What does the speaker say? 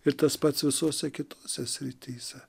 ir tas pats visose kitose srityse